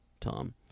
Tom